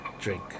drink